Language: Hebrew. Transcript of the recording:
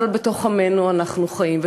אבל בתוך עמנו אנחנו חיים.